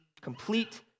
Complete